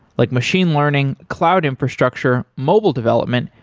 like machine learning, cloud infrastructure, mobile development,